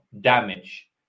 damage